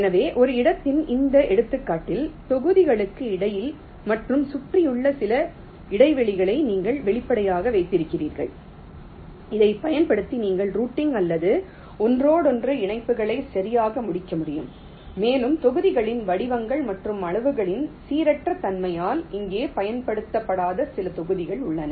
எனவே ஒரு இடத்தின் இந்த எடுத்துக்காட்டில் தொகுதிகளுக்கு இடையில் மற்றும் சுற்றியுள்ள சில இடைவெளிகளை நீங்கள் வெளிப்படையாக வைத்திருக்கிறீர்கள் இதைப் பயன்படுத்தி நீங்கள் ரூட்டிங் அல்லது ஒன்றோடொன்று இணைப்புகளை சரியாக முடிக்க முடியும் மேலும் தொகுதிகளின் வடிவங்கள் மற்றும் அளவுகளின் சீரற்ற தன்மையால் இங்கே பயன்படுத்தப்படாத சில பகுதிகள் உள்ளன